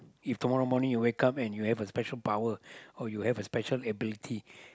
if tomorrow you wake and you have a special power or you have a special ability